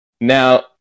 Now